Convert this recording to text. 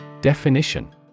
Definition